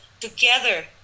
together